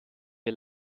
wir